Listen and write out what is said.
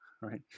right